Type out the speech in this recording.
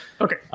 Okay